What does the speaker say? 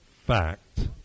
fact